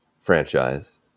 franchise